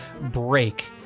break